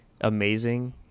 amazing